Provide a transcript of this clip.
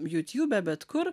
jūtiūbe bet kur